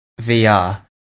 VR